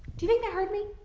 do you think they heard me?